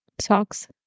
socks